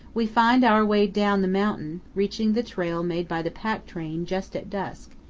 we find our way down the mountain, reaching the trail made by the pack train just at dusk,